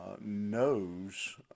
knows